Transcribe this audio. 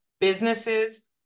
businesses